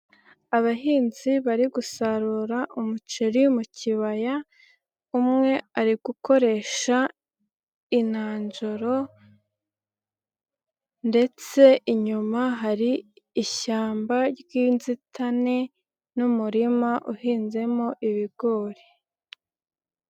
Abahinzi bari gusarura umuceri mu kibaya umwe ari gukoresha inanjoro, ndetse inyuma hari ishyamba ry'inzitane n'umurima uhinzemo ibigori.